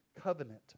covenant